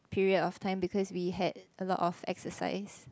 period of time because we had a lot of exercise